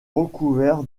recouvert